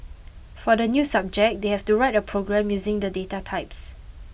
for the new subject they have to write a program using the data types